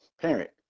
parent